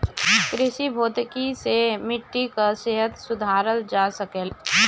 कृषि भौतिकी से मिट्टी कअ सेहत सुधारल जा सकेला